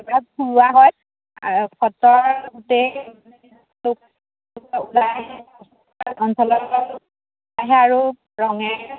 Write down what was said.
ফুৰোৱা হয় সত্ৰৰ গোটেই আহে আৰু ৰঙেৰে